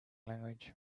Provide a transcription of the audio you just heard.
language